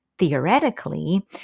theoretically